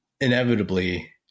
inevitably